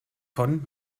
von